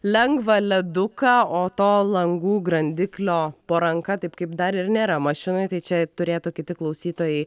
lengvą leduką o to langų grandiklio po ranka taip kaip dar ir nėra mašinoj tai čia turėtų kiti klausytojai